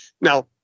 Now